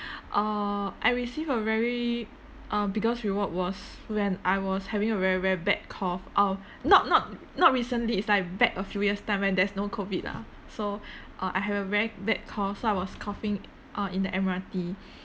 err I receive a very uh biggest reward was when I was having a very very bad cough uh not not not recently it's like back a few years time when there's no COVID lah so uh I have a very bad cough so I was coughing uh in the M_R_T